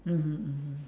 mmhmm mmhmm